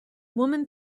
woman